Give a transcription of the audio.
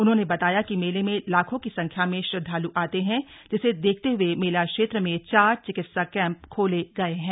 उन्होंने बताया कि मेले में लाखों की संख्या में श्रद्वालु आते हैं जिसे देखते हुए मेला क्षेत्र में चार चिकित्सा कैम्प खोले गए है